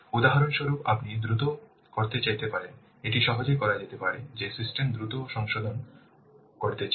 উদাহরণস্বরূপ আপনি দ্রুত করতে চাইতে পারেন এটি সহজেই করা যেতে পারে যে সিস্টেম দ্রুত সংশোধন করতে চায়